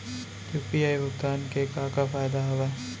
UPI भुगतान के का का फायदा हावे?